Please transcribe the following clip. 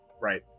Right